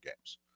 games